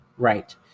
Right